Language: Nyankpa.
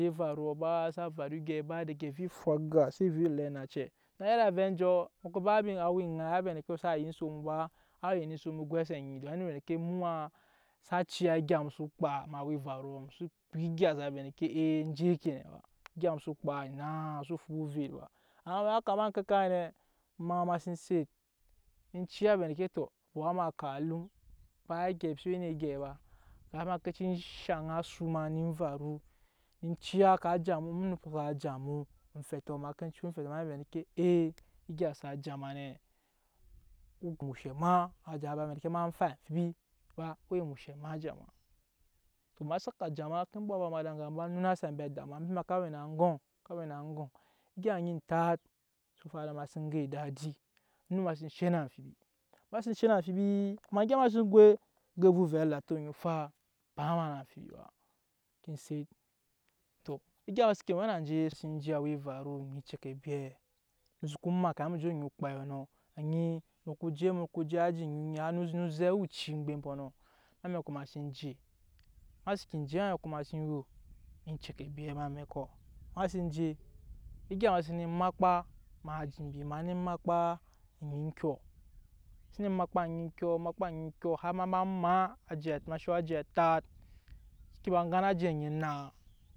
Evaruɔ ba xsa varu egyɛi ba daga ovɛ efwa aga se ovɛ ele anacɛ, mu ya iri vɛ enjɔ mu ko ba awa eŋai á vɛ endeke xsa ya ensok mu ba á yɛn ensok mu goise anyi don anyi vɛ endeke mu maa sa ciya egya mu so kpa em'awa evaruɔ mu xso kpa egya sa vɛ endeke ee enjei ke ne ba egya mu so kpa aina xso fu ovet ba amma kama mu ya oŋke kai nɛ ema ma sen set enciya vɛ endeke tɔ baba ma kap alum ba egyɛi embi xse we ne egyɛi ba gara ke cii shaŋ asu ma ne varu enciya onumpɔ sa ja mu omfɛtɔ ma ke cucu omfɛtɔ ma ke nyi vɛ endeke ee egya sa ja ma nɛ o we emushɛ ma á ja ma ba wai ma ke fai amfibi ba o we emushɛ ma á ja ma, tɔ á saka ja ma ma ke ba eba ma ed'aŋa ba nunase ambe ada ma embe ma ka we na aŋgɔm, ka we na aŋgɔm. Egya onyi entat so faru na ma sen go edadi onum ma cii she na amfibi ma se she na amfibi ma gyɛp seen goi eŋge vɛ ovɛ alato ba ma na amfibi ba ke set tɔ egya ma seke we na nje ma sen je awa evaruɔ onyi ecɔkɔbiɛ mu soko maa kamin mu je onyi okpɛiɛ nɔ anyi mu ko je mu ko je aji na zɛ oci eŋmgbem kɔ nɔ, em'amɛkɔ ma sen je ma seke je em'amɛkɔ ma sen we ecɔkɔbi em'amɛkɔ ma sen je egya ma sene makpa em'aji mbi ma neen makpa onyi ekyɔ sene makpa onyi ekyɔ makpa ekyɔ har ma ba maa ma sho aji atat seke ba gan aji onyi ennaa.